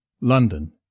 London